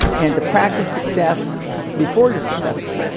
and to practice success before you're successful.